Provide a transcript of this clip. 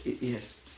Yes